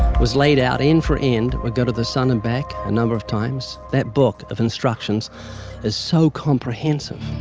was laid out end for end, it would go to the sun and back a number of times. that book of instructions is so comprehensive.